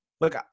Look